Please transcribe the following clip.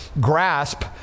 grasp